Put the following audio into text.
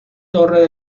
torre